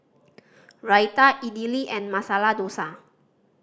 Raita Idili and Masala Dosa